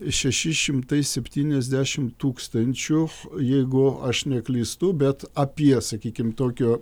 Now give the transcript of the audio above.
šeši šimtai septyniasdešim tūkstančių jeigu aš neklystu bet apie sakykim tokio